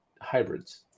hybrids